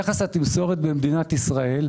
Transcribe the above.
יחס התמסורת במדינת ישראל,